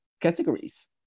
categories